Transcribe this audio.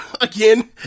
again